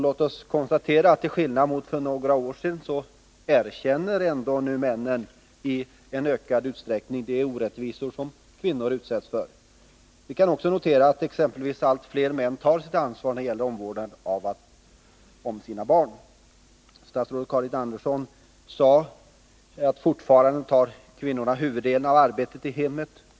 Låt oss konstatera att männen — till skillnad från vad som var fallet för några år sedan — nu ändå i ökad utsträckning erkänner de orättvisor som kvinnor utsätts för. Vi kan också notera att allt fler människor tar sitt ansvar när det gäller omvårdnaden om sina barn. Statsrådet Karin Andersson sade att kvinnorna fortfarande tar huvuddelen av arbetet i hemmen.